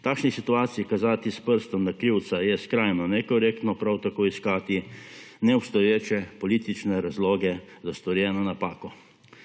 V takšni situaciji kazati s prstom na krivca je skrajno nekorektno prav tako iskati neobstoječe politične razloge za storjeno napako.